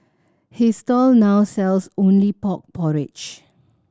his stall now sells only pork porridge